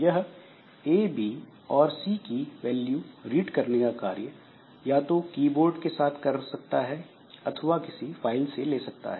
यह A B और C की वैल्यू रीड करने का कार्य या तो कीबोर्ड के साथ कर सकता है अथवा किसी फाइल से ले सकता है